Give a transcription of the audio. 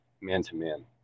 man-to-man